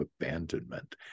abandonment